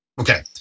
Okay